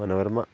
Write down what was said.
Manorama